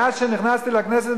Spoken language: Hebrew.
מאז שנכנסתי לכנסת,